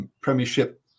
Premiership